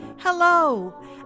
Hello